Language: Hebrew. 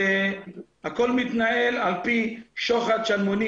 והכול מתנהל על פי שוחד שלמונים,